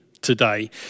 today